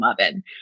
oven